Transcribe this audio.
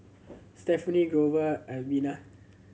Stefanie Grover Alvena